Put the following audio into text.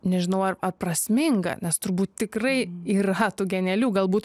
nežinau ar prasminga nes turbūt tikrai yra tų genialių galbūt